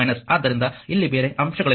ಆದ್ದರಿಂದ ಇಲ್ಲಿ ಬೇರೆ ಅಂಶಗಳಿಲ್ಲ